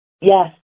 Yes